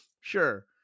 Sure